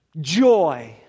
joy